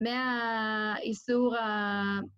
‫מהאיסור ה...